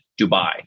Dubai